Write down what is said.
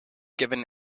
given